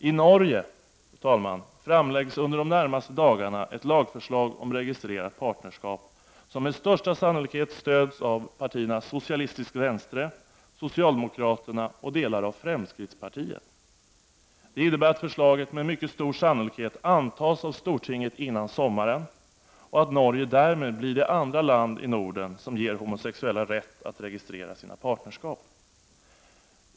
I Norge framläggs under de närmaste dagarna ett lagförslag om registrerat partnerskap som med största sannolikhet stöds av socialistisk venstre, socialdemokraterna och delar av fremskrittspartiet. Det innebär att förslaget troligen antas av Stortinget före sommaren och att Norge därmed blir det andra land i Norden som ger homosexuella rätt att registrera sina partnerskap.